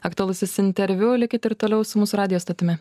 aktualusis interviu likit ir toliau su mūsų radijo stotimi